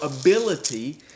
ability